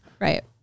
Right